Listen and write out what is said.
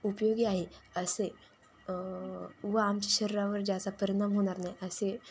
उपयोगी आहे असे व आमच्या शरीरावर ज्याचा परिणाम होणार नाही असे